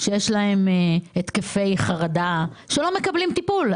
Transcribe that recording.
אתם מבינים שיש כאן אנשים שיש להם התקפי חרדה ולא מקבלים טיפול?